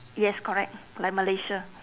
yes correct like malaysia